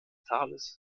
tales